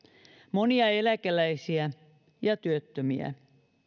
monia eläkeläisiä ja työttömiä